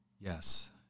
Yes